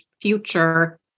future